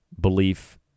Belief